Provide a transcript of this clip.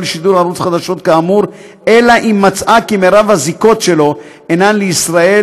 לשידור ערוץ חדשות כאמור אלא אם כן מצאה כי מרב הזיקות שלו אינן לישראל,